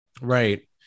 Right